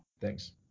Thanks